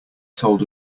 told